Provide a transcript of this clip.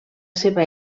seva